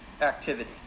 activity